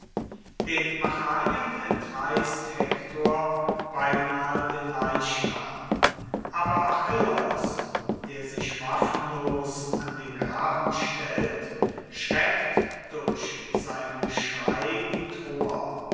den achaiern entreißt hektor beinahe den leichnam aber achilleus der sich waffenlos an den graben stellt schreckt durch sein geschrei die troer